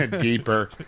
Deeper